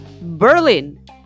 Berlin